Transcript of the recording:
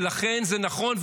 ולכן זה נכון,